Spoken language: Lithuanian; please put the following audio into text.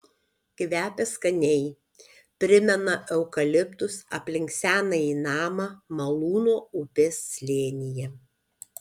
kvepia skaniai primena eukaliptus aplink senąjį namą malūno upės slėnyje